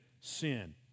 sin